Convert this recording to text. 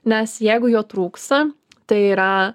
nes jeigu jo trūksta tai yra